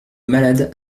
malades